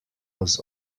was